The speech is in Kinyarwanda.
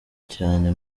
cyane